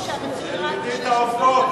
המיסוי ירד, תלמדי את העובדות,